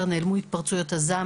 נעלמו התפרצויות הזעם.